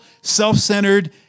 self-centered